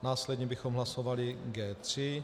Následně bychom hlasovali G3.